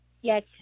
Yes